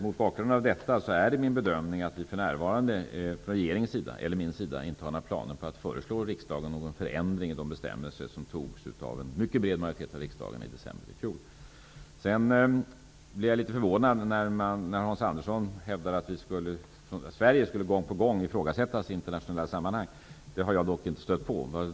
Mot denna bakgrund är det min bedömning att vi -- regeringen och jag -- för närvarande inte har några planer på att föreslå riksdagen någon förändring i de bestämmelser som en mycket bred majoritet av riksdagen fattade beslut om i december i fjol. Jag blev litet förvånad när Hans Andersson hävdade att Sverige gång på gång skulle ifrågasättas i internationella sammanhang. Det har jag dock inte stött på.